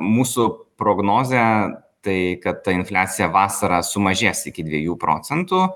mūsų prognoze tai kad ta infliacija vasarą sumažės iki dviejų procentų